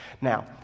now